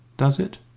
does it?